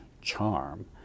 charm